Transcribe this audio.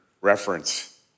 reference